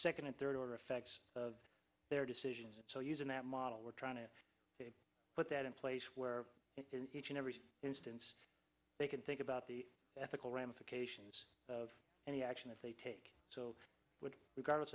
second and third order effects of their decisions so using that model we're trying to put that in place where each and every instance they can think about the ethical ramifications of any action if they take so regardless